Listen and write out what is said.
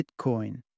Bitcoin